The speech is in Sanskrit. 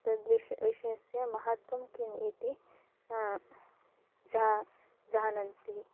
तस्य विषयः विषयस्य महत्त्वं किम् इति जा जानन्ति